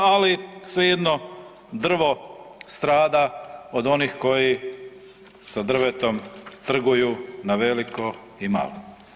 Ali svejedno drvo strada od onih koji sa drvetom trguju na veliko i malo.